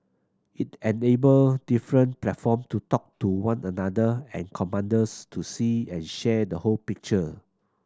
it enabled different platform to talk to one another and commanders to see and share the whole picture